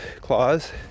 claws